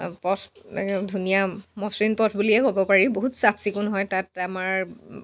পথ ধুনীয়া মসৃণ পথ বুলিয়ে ক'ব পাৰি বহুত চাফ চিকুণ হয় তাত আমাৰ